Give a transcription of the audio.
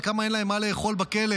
וכמה אין להם מה לאכול בכלא,